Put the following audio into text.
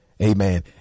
Amen